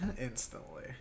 instantly